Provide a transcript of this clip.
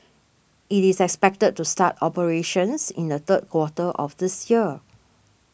it is expected to start operations in the third quarter of this year